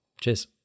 Cheers